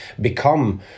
become